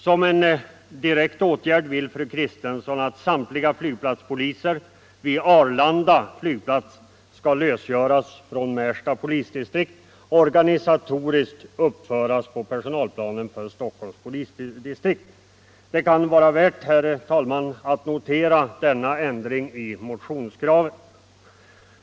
Som en direkt åtgärd vill fru Kristensson att samtliga flygplatspoliser vid Arlanda flygplats skall lösgöras från Märsta polisdistrikt och organisatoriskt uppföras på personalplanen för Stockholms polisdistrikt. Det kan vara värt, herr talman, att notera denna ändring i motionskravet.